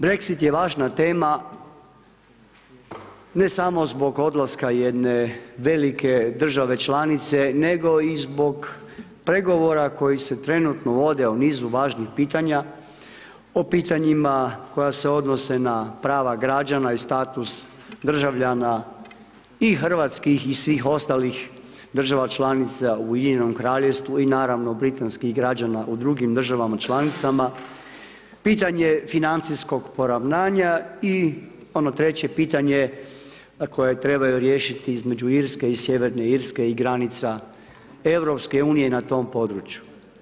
Brexit je važna tema ne samo zbog odlaska jedne velike države članice nego i zbog pregovora koji se trenutno vode o nizu važnih pitanja, o pitanjima koja se odnose na prava građana i status državljana i hrvatskih i svih ostalih država članica u UK i naravno Britanskih građana u drugim državama članicama, pitanje financijskog poravnanja i ono treće pitanje koje trebaju riješiti između Irske i Sjeverne Irske i granica EU na tom području.